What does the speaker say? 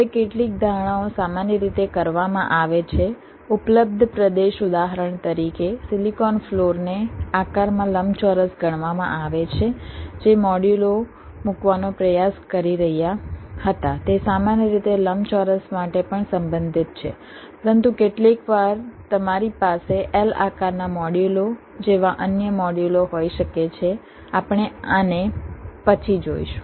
હવે કેટલીક ધારણાઓ સામાન્ય રીતે કરવામાં આવે છે ઉપલબ્ધ પ્રદેશ ઉદાહરણ તરીકે સિલિકોન ફ્લોરને આકારમાં લંબચોરસ ગણવામાં આવે છે જે મોડ્યુલો મૂકવાનો પ્રયાસ કરી રહ્યા હતા તે સામાન્ય રીતે લંબચોરસ માટે પણ સંબંધિત છે પરંતુ કેટલીકવાર તમારી પાસે L આકારના મોડ્યુલો જેવા અન્ય મોડ્યુલો હોઈ શકે છે આપણે આને પછી જોઈશું